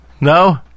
No